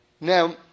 Now